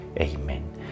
Amen